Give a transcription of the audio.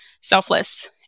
selfless